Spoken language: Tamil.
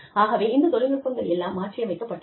ஆகவே இந்த தொழில்நுட்பங்கள் எல்லாம் மாற்றியமைக்கப்பட்டன